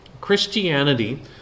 Christianity